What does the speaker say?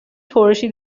ترشی